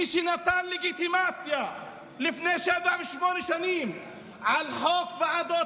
מי שנתן לגיטימציה לפני שבע-שמונה שנים לחוק ועדות